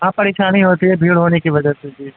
ہاں پریشانی ہوتی ہے بھیڑ ہونے کی مدد ہوتی ہے